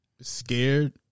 scared